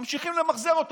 וממשיכים למחזר אותו.